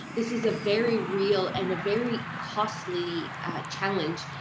this is a very real and a very costly challenge.